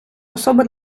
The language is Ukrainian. особи